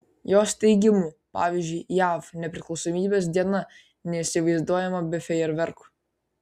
jos teigimu pavyzdžiui jav nepriklausomybės diena neįsivaizduojama be fejerverkų